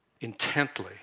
intently